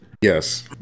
yes